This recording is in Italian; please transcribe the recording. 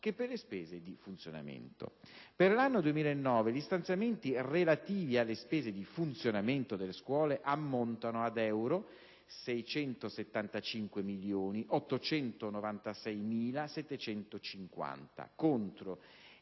che per le spese di funzionamento. Per l'anno 2009 gli stanziamenti relativi alle spese di funzionamento delle scuole ammontano ad 675.896.750 euro contro